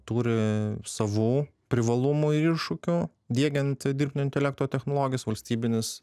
turi savų privalumų ir iššūkių diegiant dirbtinio intelekto technologijas valstybinis